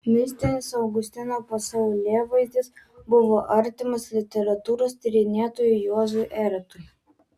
mistinis augustino pasaulėvaizdis buvo artimas literatūros tyrinėtojui juozui eretui